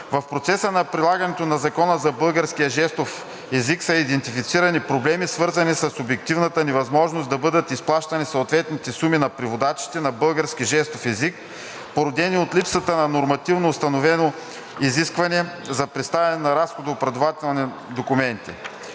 В процеса на прилагане на Закона за българския жестов език са идентифицирани проблеми, свързани с обективната невъзможност да бъдат изплащани съответните суми на преводачите на български жестов език, породени от липсата на нормативно установено изискване за предоставяне на разходооправдателен документ.